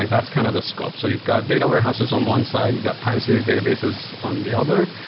like that's kind of the scope. so you've got data warehouses on one side. you've got time series databases on the other.